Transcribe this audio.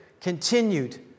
continued